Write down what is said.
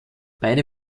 beide